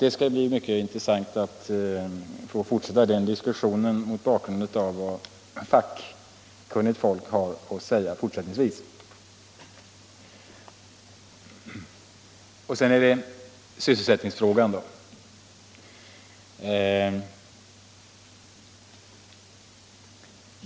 Det skall bli mycket intressant att få föra diskussionen mot bakgrund av vad fackkunnigt folk har att säga fortsättningsvis. Sedan till sysselsättningsfrågan.